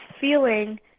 feeling